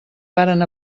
varen